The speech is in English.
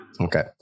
Okay